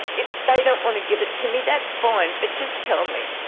if they don't want to give it to me, that's fine, but just tell me.